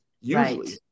Usually